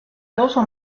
causa